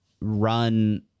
run